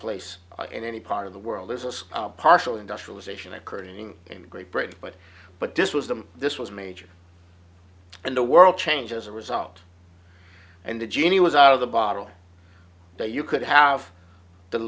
place in any part of the world is a partial industrialization occurring in great britain but but this was them this was major and the world changed as a result and the genie was out of the bottle that you could have the